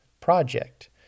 Project